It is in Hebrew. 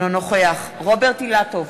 אינו נוכח רוברט אילטוב,